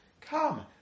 come